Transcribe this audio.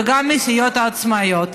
וגם מהסיעות העצמאיות.